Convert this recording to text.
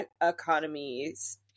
economies